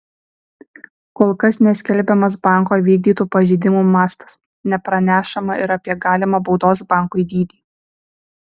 kol kas neskelbiamas banko įvykdytų pažeidimų mastas nepranešama ir apie galimą baudos bankui dydį